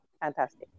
Fantastic